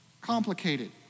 complicated